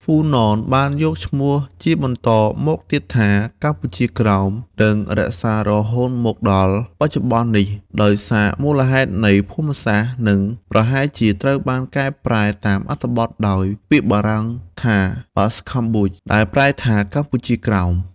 ហ៊្វូណន បានយកឈ្មោះជាបន្តមកទៀតថា កម្ពុជាក្រោម និងរក្សារហូតមក ដល់បច្ចុប្បន្ននេះ ដោយសារមូលហេតុនៃភូមិសាស្ត្រនិងប្រហែលជាត្រូវបានបកប្រែតាមអត្ថបទដោយពាក្យបារាំងថា Bas-Cambodge ដែលប្រែថា កម្ពុជា ក្រោម ។